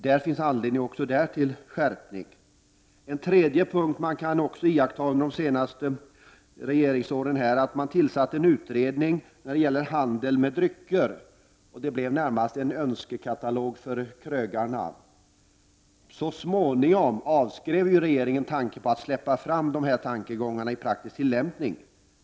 Det finns också där anledning till skärpning. En tredje punkt som har kunnat iakttas under de senaste åren är att regeringen har tillsatt en utredning om handeln med drycker, som närmast kom med en önskekatalog för krögarna. Så småningom avskrev regeringen tanken på att släppa fram dessa tankegångar i praktisk tillämpning.